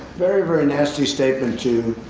very, very nasty statement to,